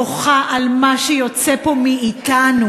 בוכה על מה שיוצא פה מאתנו.